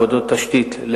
עבודות תשתית,